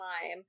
time